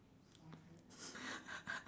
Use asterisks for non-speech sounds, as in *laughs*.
*laughs*